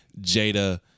Jada